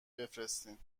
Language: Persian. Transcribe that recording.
بفرستین